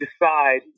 decide